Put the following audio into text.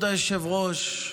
כבוד היושב-ראש,